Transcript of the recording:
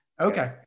Okay